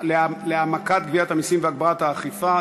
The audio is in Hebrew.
להעמקת גביית המסים והגברת האכיפה (תיקוני